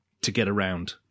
to-get-around